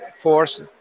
force